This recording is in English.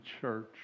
church